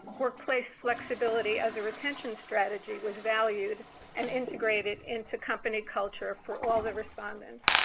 workplace flexibility as a retention strategy was valued and integrated into company culture for all of the respondents.